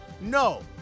No